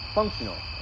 functional